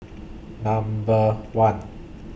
Number one